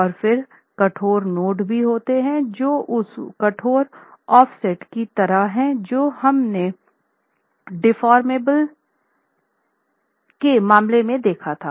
और फिर कठोर नोड भी होता है जो उस कठोर ऑफसेट की तरह है जो हमने डीफॉरमेबल के मामले में देखा था